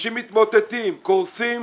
אנשים מתמוטטים, קורסים,